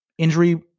Injury